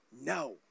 No